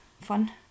fun